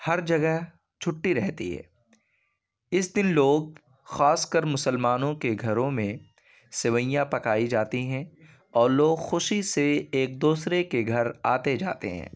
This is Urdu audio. ہر جگہ چھٹی رہتی ہے اس دن لوگ خاص کر مسلمانوں کے گھروں میں سوئیاں پکائی جاتی ہیں اور لوگ خوشی سے ایک دوسرے کے گھر آتے جاتے ہیں